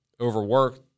overworked